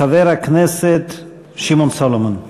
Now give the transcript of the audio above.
חבר הכנסת שמעון סולומון.